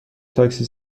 تاکسی